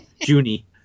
Junie